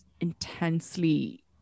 intensely